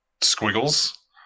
squiggles